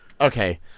okay